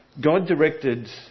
God-directed